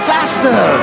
Faster